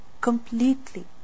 completely